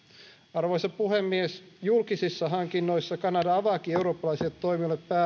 arvoisa puhemies julkisissa hankinnoissa kanada avaakin eurooppalaisille toimijoille